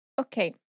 Okay